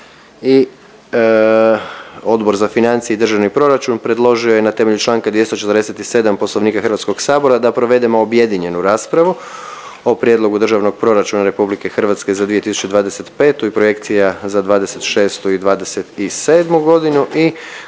i Odbor za financije i državni proračun predložio je na temelju čl. 247 Poslovnika HS-a da provedemo objedinjenu raspravu o: - Prijedlog državnog proračuna Republike Hrvatske za 2025. godinu i projekcija za 2026. i 2027. godinu i